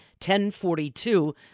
1042